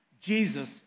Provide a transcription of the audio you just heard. Jesus